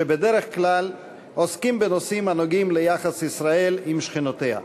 שבדרך כלל עוסקים בנושאים הנוגעים ליחסי ישראל עם שכנותיה.